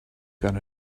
got